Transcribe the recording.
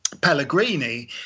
Pellegrini